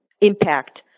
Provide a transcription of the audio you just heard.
impact